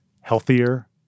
healthier